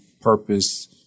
purpose